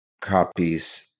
copies